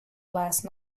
last